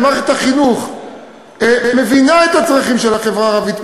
ומערכת החינוך מבינה את הצרכים של החברה הערבית,